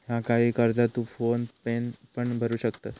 हा, काही कर्जा तू फोन पेन पण भरू शकतंस